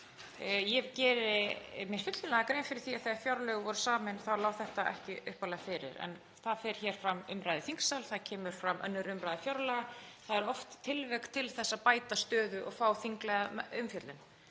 Ég geri mér fyllilega grein fyrir því að þegar fjárlög voru samin þá lá þetta ekki fyrir en það fer fram umræða í þingsal, það kemur að 2. umræðu fjárlaga og það er oft tilefni til að bæta stöðu og fá þinglega umfjöllun.